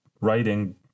writing